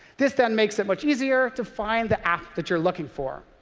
this then makes it much easier to find the app that you're looking for.